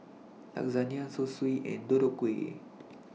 Lasagne Zosui and Deodeok Gui